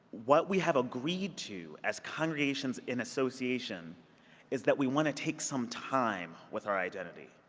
what we have agreed to as congregations in association is that we want to take some time with our identity.